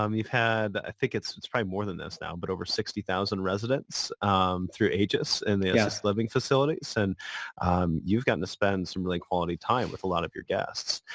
um you've had i think it's it's probably more than this now but over sixty thousand residents through aegis in the assisted living facilities and you've got to spend some like quality time with a lot of your guests.